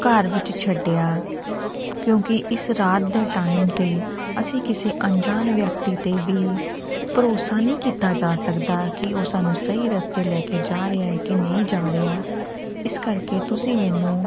ਘਰ ਵਿੱਚ ਛੱਡਿਆ ਕਿਉਂਕਿ ਇਸ ਰਾਤ ਦੇ ਟਾਈਮ 'ਤੇ ਅਸੀਂ ਕਿਸੇ ਅਣਜਾਣ ਵਿਅਕਤੀ 'ਤੇ ਵੀ ਭਰੋਸਾ ਨਹੀਂ ਕੀਤਾ ਜਾ ਸਕਦਾ ਕਿ ਉਹ ਸਾਨੂੰ ਸਹੀ ਰਸਤੇ ਲੈ ਕੇ ਜਾ ਰਿਹਾ ਹੈ ਕਿ ਨਹੀਂ ਜਾ ਰਿਹਾ ਇਸ ਕਰਕੇ ਤੁਸੀਂ ਮੈਨੂੰ